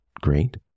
great